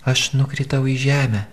aš nukritau į žemę